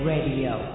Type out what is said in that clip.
Radio